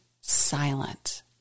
silent